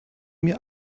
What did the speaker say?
mir